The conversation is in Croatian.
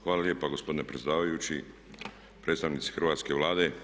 Hvala lijepa gospodine predsjedavajući, predstavnici Hrvatske vlade.